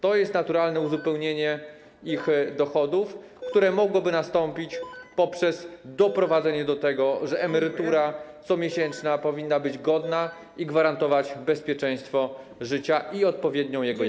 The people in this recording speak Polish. To jest naturalne uzupełnienie ich dochodów, które mogłoby nastąpić poprzez doprowadzenie do tego, że... Emerytura comiesięczna powinna być godna i gwarantować bezpieczeństwo życia i odpowiednią jego jakość.